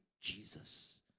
jesus